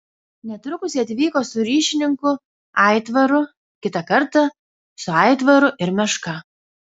netrukus ji atvyko su ryšininku aitvaru kitą kartą su aitvaru ir meška